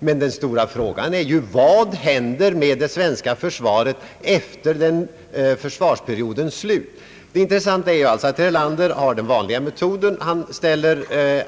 Den stora frågan är ju: Vad händer med det svenska försvaret efter försvarsperiodens slut? Det intressanta är att herr Erlander här använder den vanliga metoden. Han ställer